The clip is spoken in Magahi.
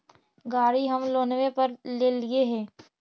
गाड़ी हम लोनवे पर लेलिऐ हे?